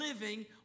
living